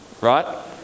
right